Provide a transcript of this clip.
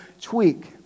tweak